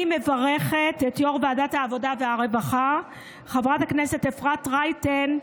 אני מברכת את יו"ר ועדת העבודה והרווחה חברת הכנסת אפרת רייטן,